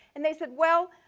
and they said well,